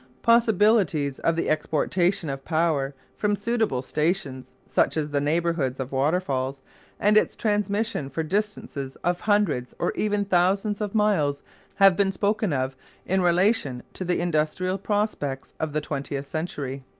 possibilities of the exportation of power from suitable stations such as the neighbourhoods of waterfalls and its transmission for distances of hundreds or even thousands of miles have been spoken of in relation to the industrial prospects of the twentieth century.